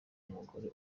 umugore